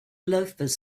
loafers